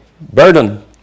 burden